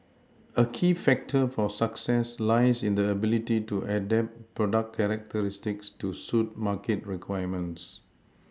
a key factor for success lies in the ability to adapt product characteristics to suit market requirements